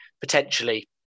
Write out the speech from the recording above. potentially